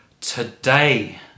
today